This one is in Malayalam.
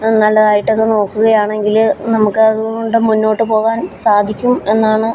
നല്ലതായിട്ടൊക്കെ നോക്കുകയാണെങ്കില് നമുക്ക് അതുകൊണ്ട് മുന്നോട്ടു പോകാൻ സാധിക്കും എന്നാണ്